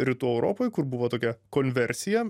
rytų europoj kur buvo tokia konversija